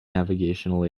navigational